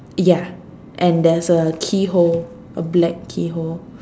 ya and there's a keyhole a black keyhole